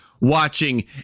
watching